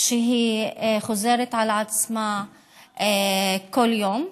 שהיא חוזרת על עצמה כל יום,